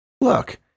Look